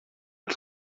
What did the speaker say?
que